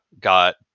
got